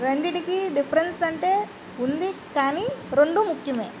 రెండిటికీ difference అంటే ఉంది కానీ రెండు ముఖ్యమే